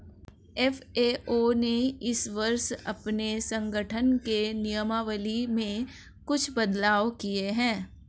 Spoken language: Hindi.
एफ.ए.ओ ने इस वर्ष अपने संगठन के नियमावली में कुछ बदलाव किए हैं